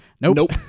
Nope